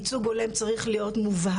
ייצוג הולם צריך להיות מובהר,